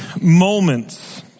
moments